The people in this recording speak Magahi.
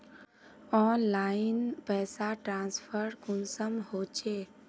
ऑनलाइन पैसा ट्रांसफर कुंसम होचे?